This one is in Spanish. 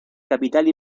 capital